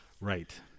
right